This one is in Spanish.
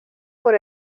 por